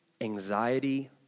anxiety